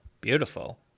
Beautiful